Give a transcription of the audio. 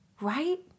Right